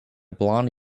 blond